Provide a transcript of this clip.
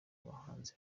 abahanzi